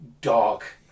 dark